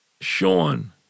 Sean